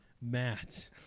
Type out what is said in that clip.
Matt